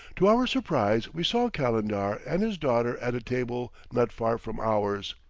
to our surprise we saw calendar and his daughter at a table not far from ours.